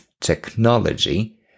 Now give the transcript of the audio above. technology